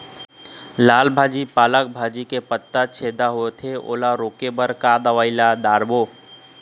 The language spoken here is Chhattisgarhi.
लाल भाजी पालक भाजी के पत्ता छेदा होवथे ओला रोके बर का दवई ला दारोब?